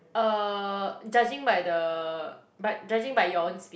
uh judging by the but judging by your own speed